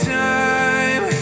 time